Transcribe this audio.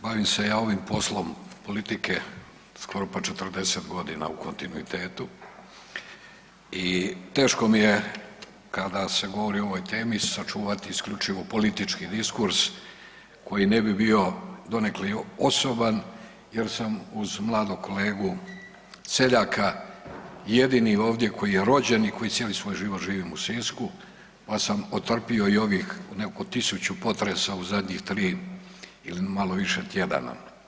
Bavim se ja ovim poslom politike skoro pa 40 godina u kontinuitetu i teško mi je kada se govori o ovoj temi sačuvati isključivo politički diskurs koji ne bi bio donekle osoban jer sam uz mladog kolegu Seljaka jedini ovdje koji je rođen i koji cijeli svoj život živim u Sisku, pa sam otrpio i ovih tisuću potresa u zadnjih tri ili malo više tjedana.